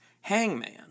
hangman